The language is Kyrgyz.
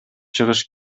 чыгыш